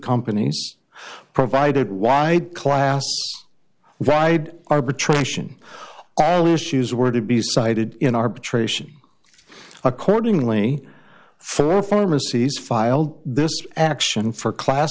companies provided wide class divide arbitration all issues were to be cited in arbitration accordingly for pharmacies filed this action for a class